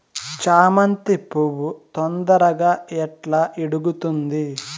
చామంతి పువ్వు తొందరగా ఎట్లా ఇడుగుతుంది?